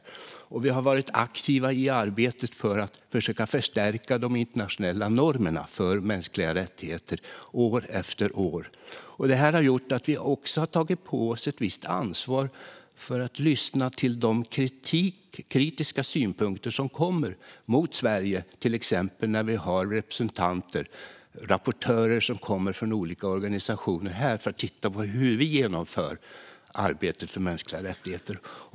Vi har också varit aktiva i arbetet för att försöka förstärka de internationella normerna för mänskliga rättigheter, år efter år. Detta har gjort att vi också har tagit på oss ett visst ansvar för att lyssna till de kritiska synpunkter mot Sverige som kommer, till exempel när representanter och rapportörer från olika organisationer kommer hit för att titta på hur vi genomför arbetet för mänskliga rättigheter.